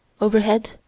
Overhead